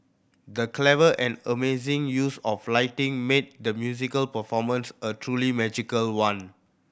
the clever and amazing use of lighting made the musical performance a truly magical one